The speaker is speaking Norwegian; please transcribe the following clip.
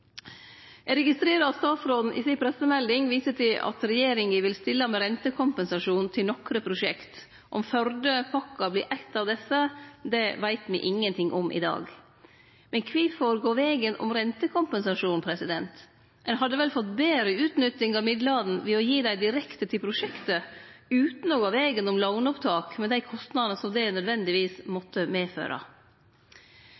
ein likevel å leggje fram ei bompengesak? Eg registrerer at statsråden i pressemeldinga si viser til at regjeringa vil stille med rentekompensasjon til nokre prosjekt. Om Førdepakken vert eit av desse prosjekta, veit me ingenting om i dag. Men kvifor gå vegen om rentekompensasjon? Ein hadde vel fått betre utnytting av midlane ved å gi dei direkte til prosjektet utan å gå vegen om låneopptak, med dei kostnadene som det nødvendigvis